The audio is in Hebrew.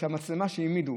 שהמצלמה שהעמידו,